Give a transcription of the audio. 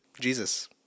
Jesus